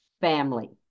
Family